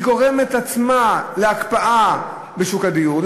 היא עצמה גורמת להקפאה בשוק הדיור,